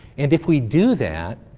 and if we do that,